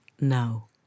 now